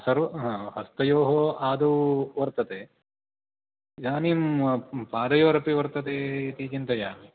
सर्वं हस्तयोः आदौ वर्तते इदानीं पादयोरपि वर्तते इति चिन्तयामि